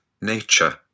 nature